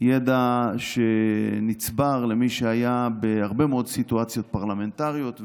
ידע שנצבר אצל מי שהיה בהרבה מאוד סיטואציות פרלמנטריות,